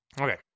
Okay